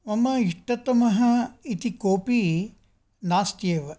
मम इष्टतमः इति कोपि नास्ति एव